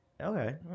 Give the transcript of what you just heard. Okay